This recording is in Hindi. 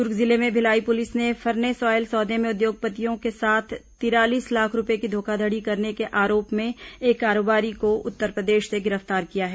दुर्ग जिले में भिलाई पुलिस ने फर्नेस ऑयल सौदे में उद्योगपति के साथ तिरालीस लाख रूपये की धोखाधड़ी करने के आरोप में एक कारोबारी को उत्तरप्रदेश से गिरफ्तार किया है